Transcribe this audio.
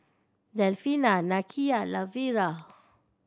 Delfina Nakia Lavera